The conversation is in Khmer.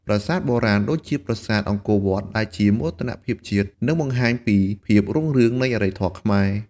ប្រាសាទបុរាណ ដូចជាប្រាសាទអង្គរវត្ត ដែលជាមោទនភាពជាតិ និងបង្ហាញពីភាពរុងរឿងនៃអរិយធម៌ខ្មែរ។